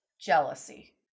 jealousy